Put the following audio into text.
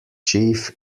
chief